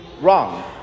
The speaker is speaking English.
wrong